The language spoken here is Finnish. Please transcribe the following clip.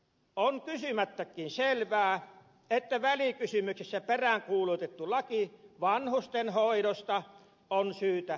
on kysymättäkin selvää että välikysymyksessä peräänkuulutettu laki vanhustenhoidosta on syytä pikaisesti tehdä